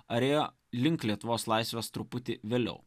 ar ėjo link lietuvos laisvės truputį vėliau